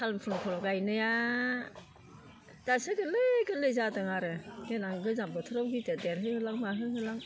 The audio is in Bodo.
सान फुलखौ गायनाया दासो गोरलै गोरलै जादों आरो देनां गोजां बोथोराव गेदेर देरहो होलां माहो होलां